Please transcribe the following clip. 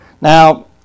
Now